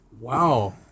Wow